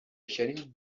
کردیم